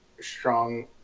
strong